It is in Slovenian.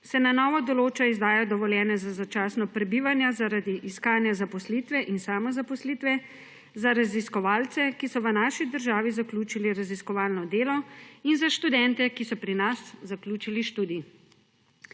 se na novo določa izdaja dovoljenja za začasno prebivanje zaradi iskanja zaposlitve in samozaposlitve za raziskovalce, ki so v naši državi zaključili raziskovalno delo, in za študente, ki so pri nas zaključili študij.